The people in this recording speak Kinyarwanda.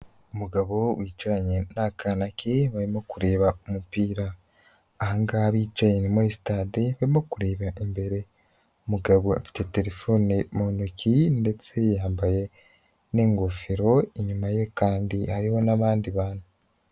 Umugabo wicaranye n'akana ke barimo kureba umupira, aha ngaha bicaye ni muri sitade barimo kureba imbere, umugabo afite terefone mu ntoki ndetse yambaye n'ingofero, inyuma ye kandi hariho n'abandi bantu.